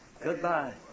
Goodbye